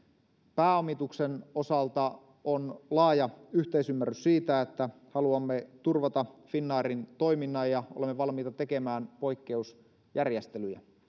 pääomituksen osalta on laaja yhteisymmärrys siitä että haluamme turvata finnairin toiminnan ja olemme valmiita tekemään poikkeusjärjestelyjä